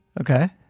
Okay